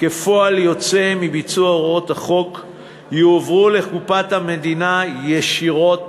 כפועל יוצא מביצוע הוראות החוק יועברו לקופת המדינה ישירות,